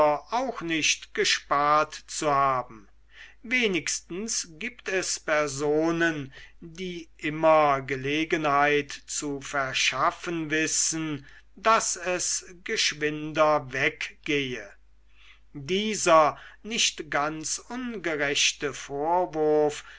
auch nicht gespart zu haben wenigstens gibt es personen die immer gelegenheit zu verschaffen wissen daß es geschwinder weggehe dieser nicht ganz ungerechte vorwurf